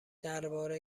درباره